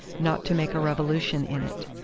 not to make a revolution in it.